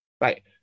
right